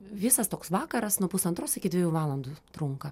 visas toks vakaras nuo pusantros iki dviejų valandų trunka